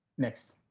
next.